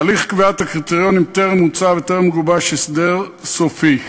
הליך קביעת הקריטריונים טרם מוצה וטרם גובש הסדר סופי.